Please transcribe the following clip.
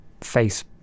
face